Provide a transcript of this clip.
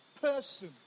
person